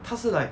他是 like